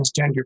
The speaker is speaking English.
transgender